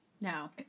No